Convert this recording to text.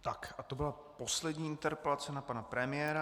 Tak a to byla poslední interpelace na pana premiéra.